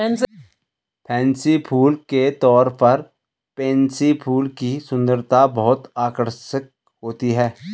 fancy फूल के तौर पर पेनसी फूल की सुंदरता बहुत आकर्षक होती है